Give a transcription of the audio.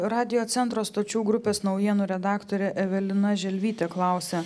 radiocentro stočių grupės naujienų redaktorė evelina želvytė klausia